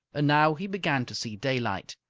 and now he began to see daylight.